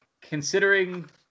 considering